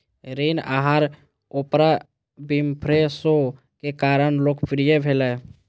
ऋण आहार Oprah Winfrey show के कारण लोकप्रिय भेलै